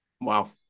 Wow